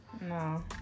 No